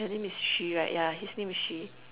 her name is Shi right yeah his name is Shi